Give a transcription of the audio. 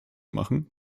machen